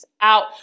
out